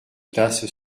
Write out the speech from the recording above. tasse